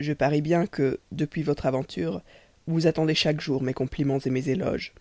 je parie bien que depuis votre aventure vous attendez chaque jour mes compliments mes éloges